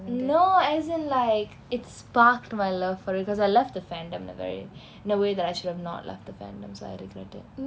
no as in like it's sparked my love for it because I left the fandom in a very in a way that I should have not left the fandom so I regret it